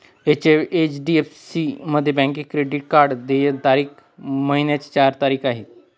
HDFC बँकेमध्ये credit card देय तारीख महिन्याची चार तारीख आहे